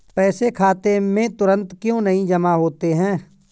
पैसे खाते में तुरंत क्यो नहीं जमा होते हैं?